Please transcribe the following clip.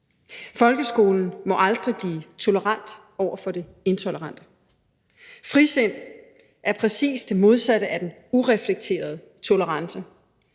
Folkeskolen må aldrig blive tolerant over for det intolerante. Frisind er præcis det modsatte af den ureflekterede tolerance.